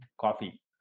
coffee